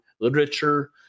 literature